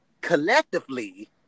collectively